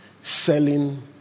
selling